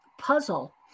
puzzle